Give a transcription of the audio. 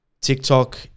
TikTok